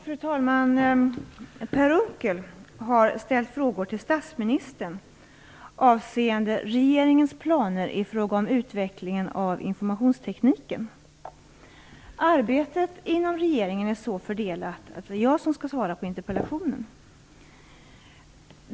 Fru talman! Per Unckel har ställt frågor till statsministern avseende regeringens planer i fråga om utvecklingen av informationstekniken. Arbetet inom regeringen är så fördelat att det är jag som skall svara på interpellationen.